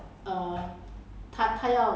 orh she just do it everyday